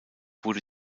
wurde